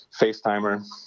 FaceTimer